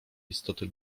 istoty